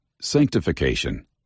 Sanctification